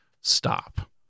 stop